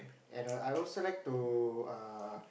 and I also like to err